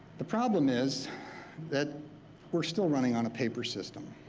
the problem is that we're still running on a paper system,